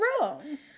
wrong